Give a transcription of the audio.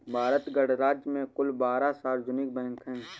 भारत गणराज्य में कुल बारह सार्वजनिक बैंक हैं